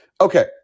Okay